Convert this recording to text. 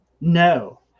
No